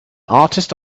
artist